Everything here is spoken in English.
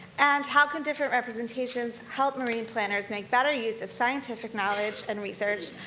and how can different representations help marine planners make better use of scientific knowledge and research,